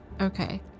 Okay